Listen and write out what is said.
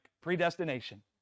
predestination